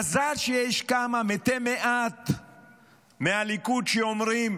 מזל שיש כמה מתי מעט מהליכוד שאומרים: